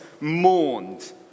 mourned